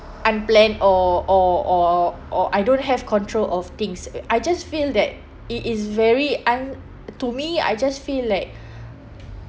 unplanned or or or or I don't have control of things I just feel that it is very un~ to me I just feel like